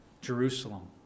Jerusalem